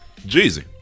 Jeezy